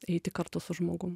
eiti kartu su žmogum